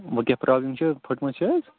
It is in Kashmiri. وۄنۍ کیٛاہ پرٛابلِم چھِ پھٕٹمٕژ چھِ حظ